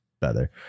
better